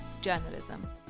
journalism